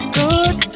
good